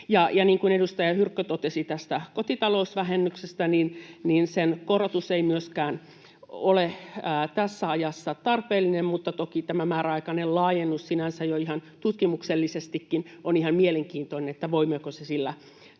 kuin edustaja Hyrkkö totesi tästä kotitalousvähennyksestä, niin sen korotus ei myöskään ole tässä ajassa tarpeellinen, mutta toki tämä määräaikainen laajennus sinänsä jo tutkimuksellisestikin on ihan mielenkiintoinen, että voimmeko sillä saavuttaa